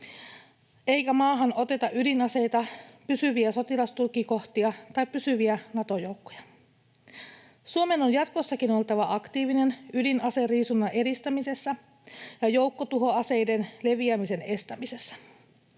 eikä maahan oteta ydinaseita, pysyviä sotilastukikohtia tai pysyviä Nato-joukkoja. Suomen on jatkossakin oltava aktiivinen ydinaseriisunnan edistämisessä ja joukkotuhoaseiden leviämisen estämisessä.